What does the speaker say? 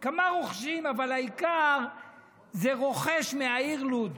כמה רוכשים, אבל העיקר זה רוכש מהעיר לוד.